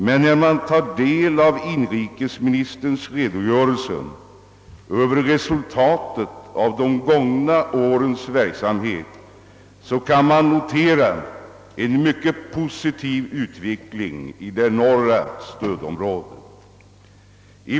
Men när man tar del av inrikesministerns redogörelse för resultatet av de gångna årens verksamhet kan man notera en mycket positiv utveckling i det norra stödområdet.